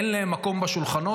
אין להם מקום בשולחנות,